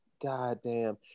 goddamn